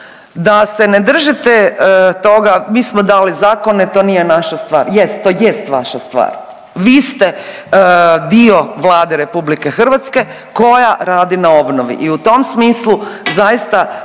da se ne držite toga mi smo dali zakone, to nije naša stvar. Jest, to jest vaša stvar. Vi ste dio Vlade Republike Hrvatske koja radi na obnovi i u tom smislu zaista